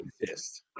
exist